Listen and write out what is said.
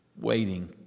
Waiting